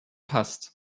passt